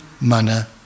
manna